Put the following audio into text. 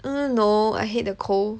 mm no I hate the cold